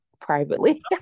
privately